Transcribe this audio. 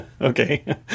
Okay